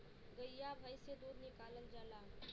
गइया भईस से दूध निकालल जाला